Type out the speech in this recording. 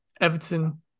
Everton